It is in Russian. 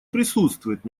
присутствует